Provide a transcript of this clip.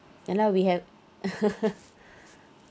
ya lah we have